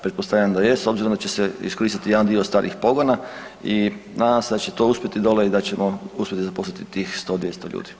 Pretpostavljam da je s obzirom da će se iskoristiti jedan dio starijih pogona i nadam se da će to uspjeti dole i da ćemo uspjeti zaposliti tih 100-200 ljudi.